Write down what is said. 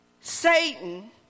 Satan